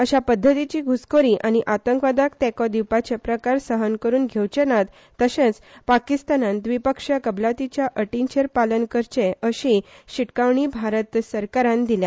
अशा पद्धतीची घ्रसखोरी आनी आतंकवादाक तेके दिवपाचे प्रकार सहन करून घेवचे नात तशेंच पाकिस्तानान द्विपक्षीय कबलातीच्या अटींचे पालन करचे अशीय शीटकावणी भारत सरकारान दिल्या